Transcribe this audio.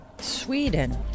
Sweden